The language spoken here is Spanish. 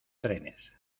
trenes